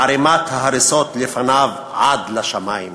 ערמת ההריסות לפניו עד לשמים.